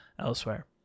elsewhere